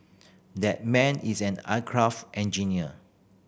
that man is an aircraft engineer